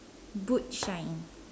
boot shine